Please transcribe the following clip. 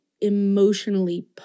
emotionally